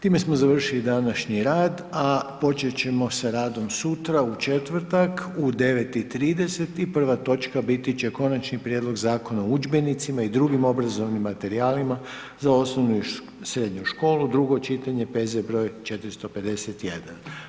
Time smo završili današnji rad, a počet ćemo sa radom sutra, u četvrtak, u 9:30 sati i prva točka bit će Konačni prijedlog Zakona o udžbenicima i drugim obrazovnim materijalima za osnovnu i srednju školu, drugo čitanje, PZ broj 451.